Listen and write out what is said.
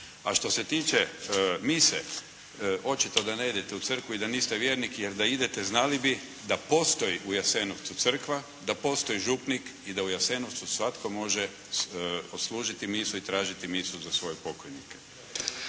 A što se tiče mise, očito da ne idete u Crkvu i da niste vjernik, jer da idete znali bi da postoji u Jasenovcu župa, da postoji župnik i da u Jasenovcu svatko može odslužiti misu i tražiti misu za svoje pokojnike.